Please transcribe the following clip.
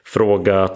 Fråga